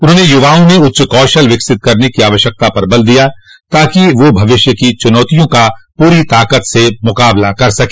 उन्होंने युवाओं में उच्च कौशल विकसित करने की आवश्यकता पर बल दिया ताकि वह भविष्य की चुनौतियों का पूरी ताकत से मुकाबला कर सके